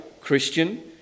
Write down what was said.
Christian